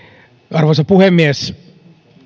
arvoisa puhemies